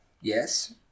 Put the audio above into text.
Yes